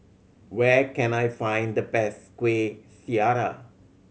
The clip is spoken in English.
where can I find the best Kuih Syara